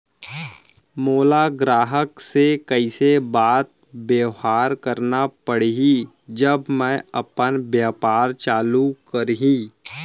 मोला ग्राहक से कइसे बात बेवहार करना पड़ही जब मैं अपन व्यापार चालू करिहा?